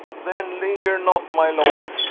then linger not my lord,